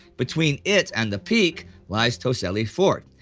between it and the peak lies toselli fort,